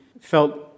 felt